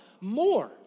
more